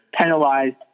penalized